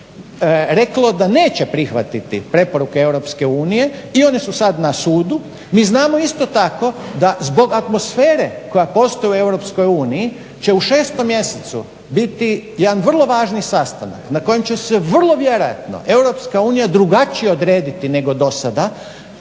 reklo da neće prihvatiti preporuke Europske unije i one su sad na sudu. Mi znamo isto tako da zbog atmosfere koja postoji u Europskoj uniji će u 6. mjesecu biti jedan vrlo važni sastanak na kojem će se vrlo vjerojatno Europska unija drugačije odrediti nego do sada,